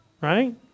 right